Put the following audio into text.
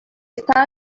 está